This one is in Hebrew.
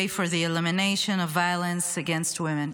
for the Elimination of Violence against Women.